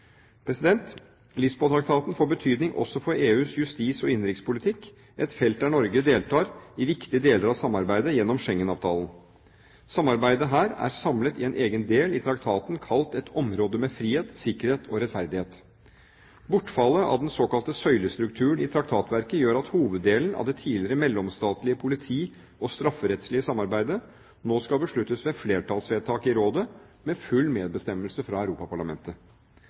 får betydning også for EUs justis- og innenrikspolitikk – et felt der Norge deltar i viktige deler av samarbeidet gjennom Schengen-avtalen. Samarbeidet her er samlet i en egen del i traktaten, kalt «Et område med frihet, sikkerhet og rettferdighet». Bortfallet av den såkalte søylestrukturen i traktatverket gjør at hoveddelen av det tidligere mellomstatlige politi- og strafferettslige samarbeidet nå skal besluttes ved flertallsvedtak i rådet, med full medbestemmelse fra Europaparlamentet.